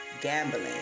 gambling